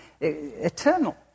Eternal